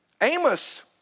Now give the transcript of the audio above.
Amos